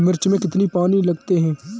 मिर्च में कितने पानी लगते हैं?